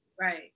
right